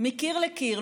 מקיר לקיר.